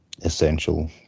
essential